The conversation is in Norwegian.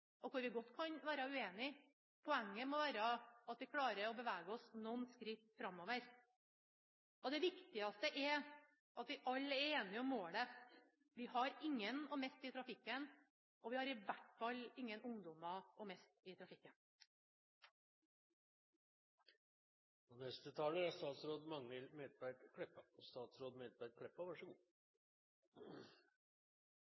og hvor vi godt kan være uenige. Poenget må være at vi klarer å bevege oss noen skritt framover. Det viktigste er at vi alle er enige om målet: Vi har ingen å miste i trafikken, og vi har i hvert fall ingen ungdommer å miste i trafikken!